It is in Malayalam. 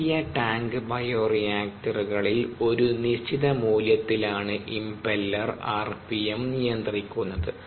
ഇളക്കിയ ടാങ്ക് ബയോറിയാക്ടറുകളിൽ ഒരു നിശ്ചിത മൂല്യത്തിലാണ് ഇംപെല്ലർ ആർപിഎം നിയന്ത്രിക്കുന്നത്